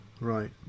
Right